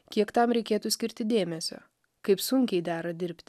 kiek tam reikėtų skirti dėmesio kaip sunkiai dera dirbt